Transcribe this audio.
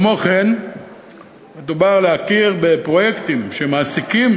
כמו כן מדובר על הכרה בפרויקטים שמעסיקים